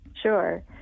Sure